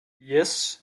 yes